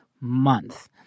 month